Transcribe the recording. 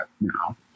now